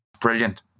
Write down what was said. brilliant